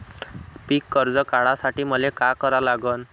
पिक कर्ज काढासाठी मले का करा लागन?